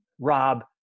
Rob